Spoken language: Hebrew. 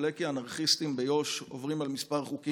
עולה כי אנרכיסטים ביו"ש עוברים על כמה חוקים,